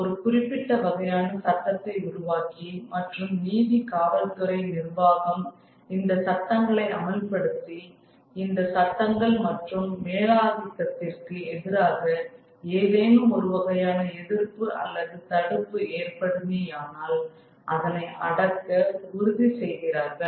ஒரு குறிப்பிட்ட வகையான சட்டத்தை உருவாக்கி மற்றும் நீதி காவல்துறை நிர்வாகம் இந்த சட்டங்களை அமல்படுத்தி இந்த சட்டங்கள் மற்றும் மேலாதிக்கத்திற்கு எதிராக ஏதேனும் ஒருவகையான எதிர்ப்பு அல்லது தடுப்பு ஏற்படுமேயானால் அதனை அடக்க உறுதி செய்கிறார்கள்